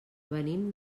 venim